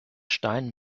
stein